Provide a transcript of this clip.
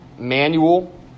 manual